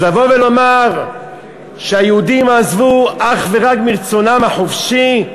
אז לבוא ולומר שהיהודים עזבו אך ורק מרצונם החופשי,